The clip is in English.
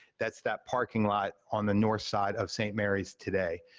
that's that parking lot on the north side of st. mary's today.